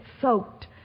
soaked